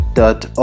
dot